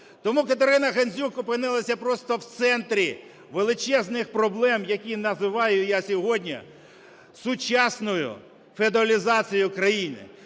Тому КатеринаГандзюк опинилася просто в центрі величезних проблем, які називаю я сьогодні сучасною феодалізацією країни.